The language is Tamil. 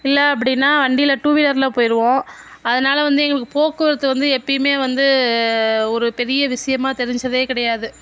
இல்லை அப்படினா வண்டியில டூவீலர்ல போயிடுவோம் அதனால் வந்து எங்களுக்கு போக்குவரத்து வந்து எப்பயுமே வந்து ஒரு பெரிய விஷயமா தெரிஞ்சதே கிடையாது